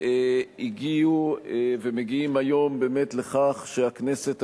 הגיעו ומגיעים היום באמת לכך שהכנסת,